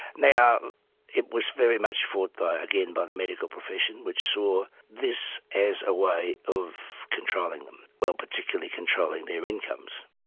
now it was very much fought again by the medical profession which saw this as a way of controlling them, well particularly controlling their incomes.